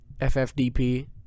FFDP